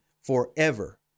forever